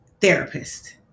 therapist